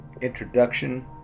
introduction